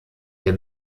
der